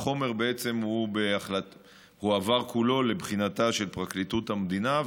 החומר הועבר כולו לבחינתה של פרקליטות המדינה,